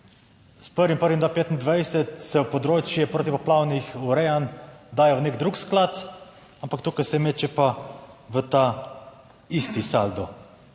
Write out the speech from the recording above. s 1. 1. do 2025 se področje protipoplavnih urejanj daje v nek drug sklad, ampak tukaj se meče pa v ta isti saldo.